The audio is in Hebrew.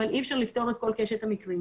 אבל אי אפשר לפתור את כל קשת המקרים,